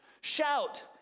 Shout